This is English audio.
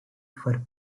for